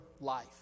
life